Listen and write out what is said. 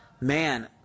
Man